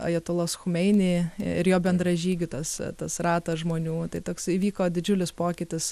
ajatulos chumeini ir jo bendražygių tas tas ratas žmonių tai toks įvyko didžiulis pokytis